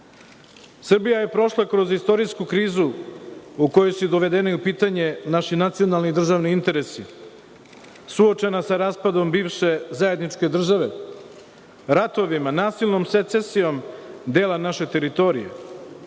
Srbija je prošla kroz istorijsku krizu u kojoj su dovedeni u pitanje naši nacionalni i državni interesi, suočena sa raspadom naše bivše zajedničke države, ratovima, nasilnom secesijom dela naše teritorije,